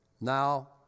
now